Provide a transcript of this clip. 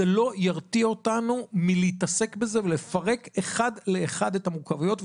אבל זה לא ירתיע אותנו מלהתעסק בזה ולפרק אחד לאחד את המורכבויות,